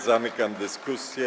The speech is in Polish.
Zamykam dyskusję.